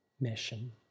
mission